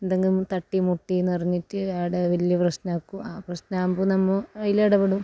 എന്തെങ്കിലും തട്ടി മുട്ടിയെന്ന് പറഞ്ഞിട്ട് ആടെ വലിയ പ്രശ്നമാക്കും ആ പ്രശ്നമാകുമ്പം നമ്മ അതിൽ ഇടപെടും